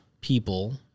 people